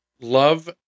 love